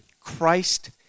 Christ